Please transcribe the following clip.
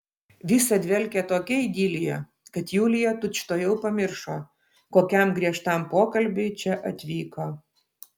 visa dvelkė tokia idilija kad julija tučtuojau pamiršo kokiam griežtam pokalbiui čia atvyko